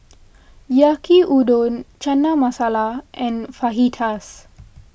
Yaki Udon Chana Masala and Fajitas